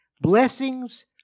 blessings